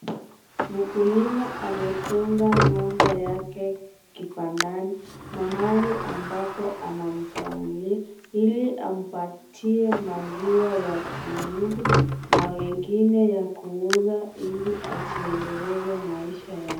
Mkulima amefunga ngombe yake kibandani mahali ambapo anamkamulia ili ampatie maziwa ya kumudu na wengine ya kuuza ili ajiendeleze maisha yake.